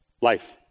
Life